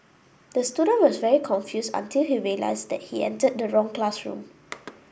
the student was very confused until he realised that he entered the wrong classroom